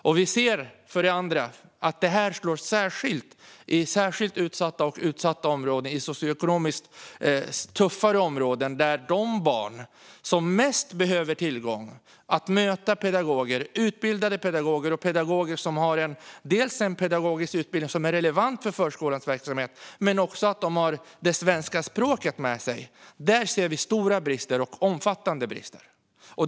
Vi ser dessutom att det här slår speciellt i särskilt utsatta och utsatta områden, i socioekonomiskt tuffare områden, där de barn finns som mest behöver tillgång till, och få möta, utbildade pedagoger. Det handlar om pedagoger som dels har en pedagogisk utbildning som är relevant för förskolans verksamhet och som dels har det svenska språket med sig. Där ser vi stora och omfattande brister.